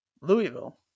Louisville